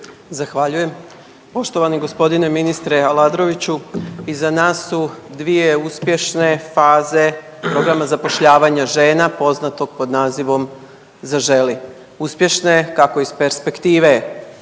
Zahvaljujem. Poštovani g. ministre Aladroviću, iza nas su dvije uspješne faze programa zapošljavanja žena poznatog pod nazivom Zaželi. Uspješne, kako iz perspektive